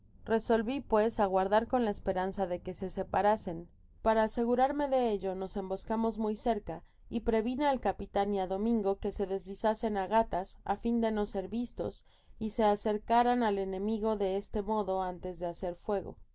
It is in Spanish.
resolví pues aguardar con la esperanza de que se separasen para asegurarme de ello nos emboscamos muy cerca y previne al capitan y á domingo que se deslizasen á gatas á fin de no ser vistos y se acercaran al enemigo de este modo antes de hacer fuego